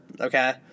okay